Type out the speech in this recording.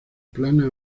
plana